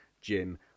Jim